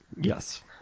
Yes